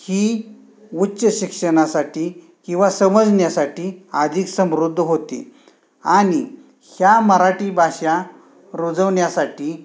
ही उच्च शिक्षणासाठी किंवा समजण्यासाठी अधिक समृद्ध होते आणि या मराठी भाषा रुजवण्यासाठी